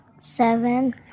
Seven